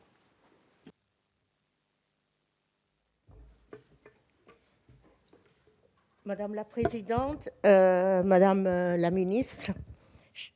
Madame la présidente, madame la ministre,